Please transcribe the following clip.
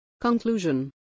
Conclusion